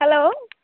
hello